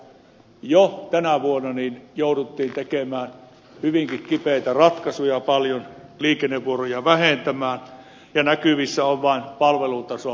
jo tänä vuonna jouduttiin tekemään hyvinkin kipeitä ratkaisuja paljon liikennevuoroja vähentämään ja näkyvissä on vain palvelutason laskeminen